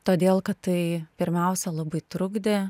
todėl kad tai pirmiausia labai trukdė